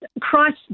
Christ